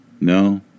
no